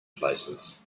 places